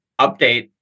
update